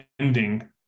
ending